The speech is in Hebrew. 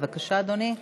בבקשה, אדוני.